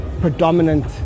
predominant